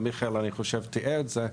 ומיכאל אני חושב תיאר את זה,